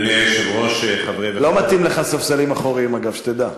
לא מתאים לך ספסלים אחוריים, אגב, שתדע.